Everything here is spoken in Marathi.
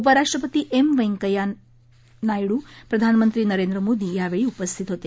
उपराष्ट्रपती एम व्यंकय्या नायडू प्रधानमंत्री नरेंद्र मोदी यावेळी उपस्थित होते